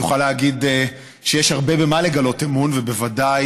אוכל להגיד שיש הרבה במה לגלות אמון ובוודאי